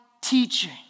teaching